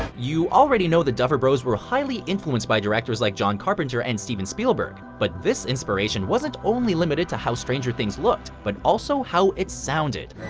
you already know the duffer bros were highly influenced by directors like john carpenter and steven spielberg, but this inspiration wasn't only limited to how stranger things looked, but also how it sounded.